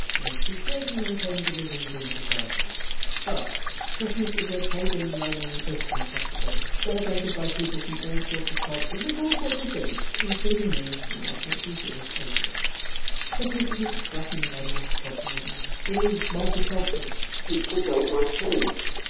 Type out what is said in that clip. and to create and maintain divisions in society but christmas is a pagan-roman-christian festival, celebrated by people from all sorts of cultures with all sorts of beliefs, including me, an ethnically jewish atheist christmas is not threatened by multiculturalism. it is multicultural people don't like change.